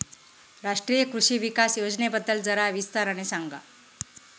राष्ट्रीय कृषि विकास योजनेबद्दल जरा विस्ताराने सांगा